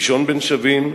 ראשון בין שווים,